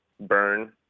burn